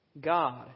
God